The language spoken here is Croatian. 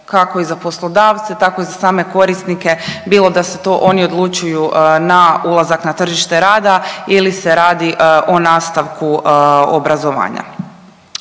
kako i za poslodavce tako i za same korisnike bilo da su to oni odlučuju na ulazak na tržište rada ili se radi o nastavku obrazovanja.